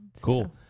Cool